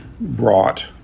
brought